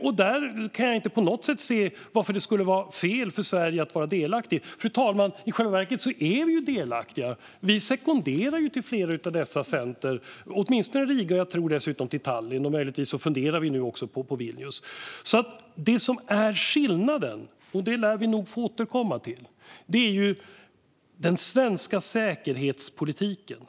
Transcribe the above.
Jag kan inte på något sätt se varför det skulle vara fel för Sverige att vara delaktig i detta. I själva verket är vi ju delaktiga. Vi sekonderar ju till flera av dessa center, åtminstone i Riga och, tror jag, också i Tallinn. Möjligtvis funderar vi nu också på Vilnius. Det som är skillnaden - och detta lär vi få återkomma till - är hur man ser på den svenska säkerhetspolitiken.